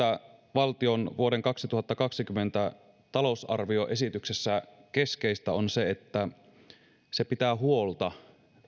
valtion vuoden kaksituhattakaksikymmentä talousarvioesityksessä keskeistä on se että se pitää huolta